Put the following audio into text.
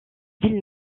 ville